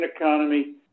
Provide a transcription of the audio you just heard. economy